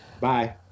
bye